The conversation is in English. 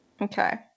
Okay